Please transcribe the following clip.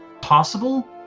possible